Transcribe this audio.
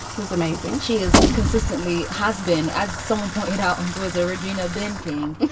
who's amazing. she is consistently has been, as someone pointed out onto his original ben king